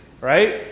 right